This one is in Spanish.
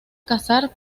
cazar